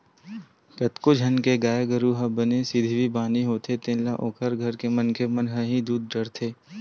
कतको झन के गाय गरु ह बने सिधवी बानी होथे तेन ल ओखर घर के मनखे मन ह ही दूह डरथे